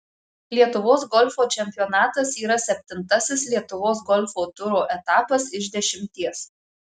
lietuvos golfo čempionatas yra septintasis lietuvos golfo turo etapas iš dešimties